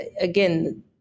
again